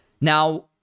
Now